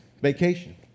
vacation